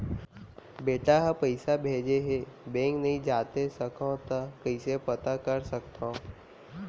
बेटा ह पइसा भेजे हे बैंक नई जाथे सकंव त कइसे पता कर सकथव?